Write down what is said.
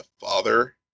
father